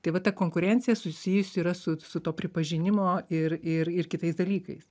tai va ta konkurencija susijusi yra su su to pripažinimo ir ir ir kitais dalykais